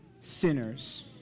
sinners